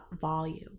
volume